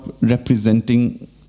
representing